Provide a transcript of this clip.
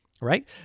right